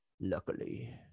Luckily